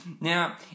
Now